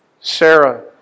Sarah